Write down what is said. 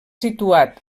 situat